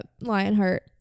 Lionheart